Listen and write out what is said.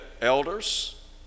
elders